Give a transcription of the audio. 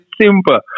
simple